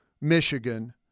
Michigan